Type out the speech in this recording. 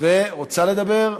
רוצה לדבר?